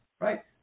right